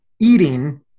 eating